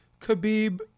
Khabib